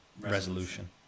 resolution